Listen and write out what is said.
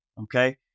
Okay